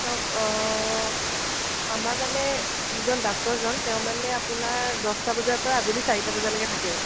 তেওঁক আমাৰ মানে যিজন ডাক্টৰজন তেওঁ মানে আপোনাৰ দহটা বজাৰ পৰা আবেলি চাৰিটা বজালৈকে থাকে